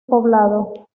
poblado